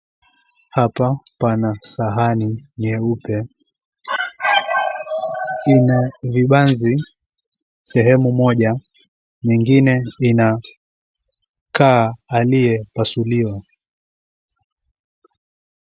Hapa pana sahani nyeupe, ina vibanzi sehemu moja nyingine ina kaa aliyepasuliwa.